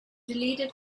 deleted